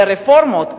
ורפורמות,